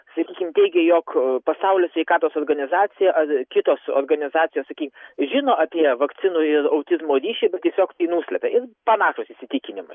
sakykim teigia jog aa pasaulio sveikatos organizacija ar kitos organizacijos saky žino apie vakcinų ir autizmo ryšį bet tiesiog tai nuslepia ir panašūs įsitikinimai